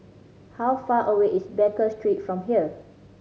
how far away is Baker Street from here